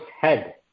head